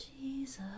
jesus